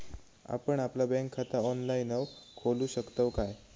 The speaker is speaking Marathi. आपण आपला बँक खाता ऑनलाइनव खोलू शकतव काय?